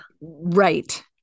Right